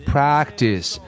Practice